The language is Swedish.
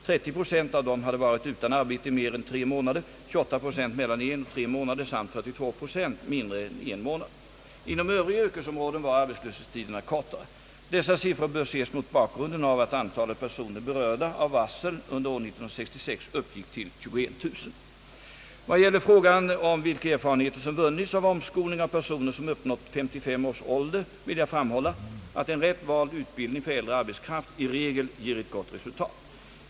30 procent av dem hade varit utan arbete i mer än tre månader, 28 procent mellan en och tre månader samt 42 procent mindre än en månad. Inom Övriga yrkesområden var arbetslöshetstiderna kortare. Dessa siffror bör ses mot bakgrunden av att antalet personer berörda av varsel under år 1966 uppgick till 21 000. Vad gäller frågan om vilka erfarenheter som vunnits av omskolning av personer som uppnått 55 års ålder vill jag framhålla, att en rätt vald utbildning för äldre arbetskraft i regel ger ett gott resultat.